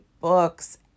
books